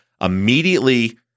Immediately